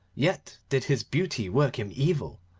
yet did his beauty work him evil.